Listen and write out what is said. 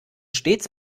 stets